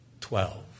Twelve